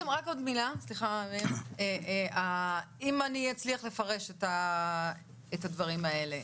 אם אני אצליח לפרש את הדברים האלה,